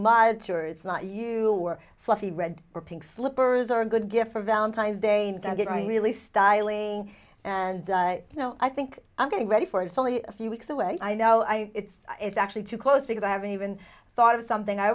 march or it's not you or fluffy red or pink slippers are good gifts for valentine's day and they're getting really styling and you know i think i'm getting ready for it's only a few weeks away i know i it's it's actually too close because i haven't even thought of something i